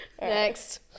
Next